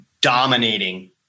dominating